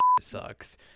sucks